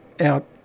out